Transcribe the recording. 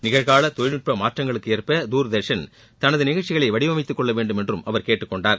நிகழ்கால தொழில்நுட்ப மாற்றங்களுக்கு ஏற்ப தூர்தர்ஷன் தனது நிகழ்ச்சிகளை வடிவமைத்துக் கொள்ள வேண்டுமென்றும் அவர் கேட்டுக் கொண்டார்